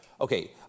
Okay